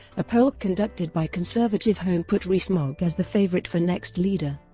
a poll conducted by conservativehome put rees-mogg as the favourite for next leader,